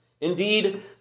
indeed